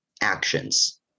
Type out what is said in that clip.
actions